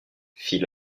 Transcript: fit